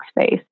space